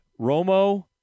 Romo